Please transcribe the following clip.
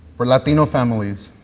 for latino families,